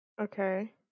Okay